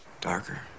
darker